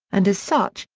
and as such,